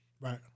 Right